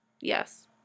yes